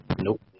Nope